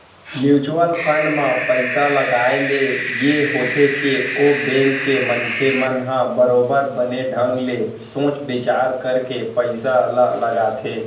mutual fund म पइसा लगाए ले ये होथे के ओ बेंक के मनखे मन ह बरोबर बने ढंग ले सोच बिचार करके पइसा ल लगाथे